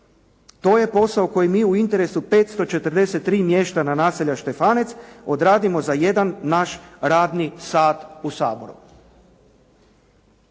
To je posao koji mi u interesu 543 mještana naselja Štefanec odradimo za jedan naš radi sat u Saboru.